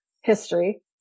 history